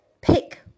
pick